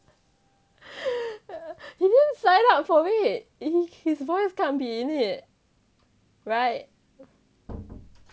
he didn't sign up for it his voice can't be in it right